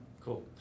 Cool